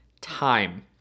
time